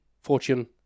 Fortune